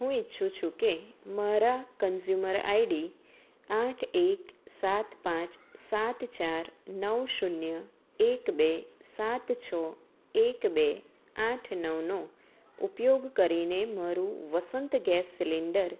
હું ઇચ્છું છું કે મારા કન્ઝ્યુમર આઇડી આઠ એક સાત પાંચ સાત ચાર નવ શૂન્ય એક બે સાત છ એક બે આઠ નવનો ઉપયોગ કરીને મારું વસંત ગેસ સીલિન્ડર